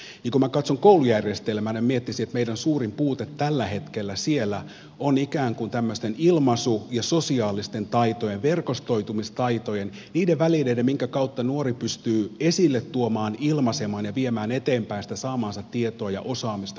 kun katson koulujärjestelmää miettisin että meidän suurin puutteemme tällä hetkellä siellä on ikään kuin tämmöisten ilmaisu ja sosiaalisten taitojen verkostoitumistaitojen puute niiden välineiden puuttuminen minkä kautta nuori pystyy esille tuomaan ilmaisemaan ja viemään eteenpäin sitä saamaansa tietoa ja osaamista koulussa